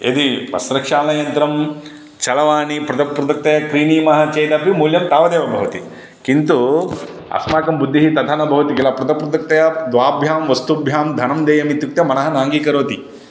यदि वस्त्रक्षालनयन्त्रं चरवाणी पृथक् पृथक्तया क्रीणीमः चेदपि मूल्यं तावदेव भवति किन्तु अस्माकं बुद्धिः तथा न भवति किल पृथक् पृथक्तया द्वाभ्यां वस्तुभ्यां धनं देयमित्युक्ते मनः नाङ्गीकरोति